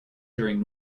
during